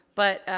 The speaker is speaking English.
but,